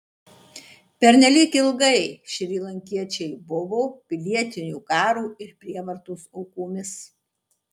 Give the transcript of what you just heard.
pernelyg ilgai šrilankiečiai buvo pilietinio karo ir prievartos aukomis